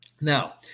Now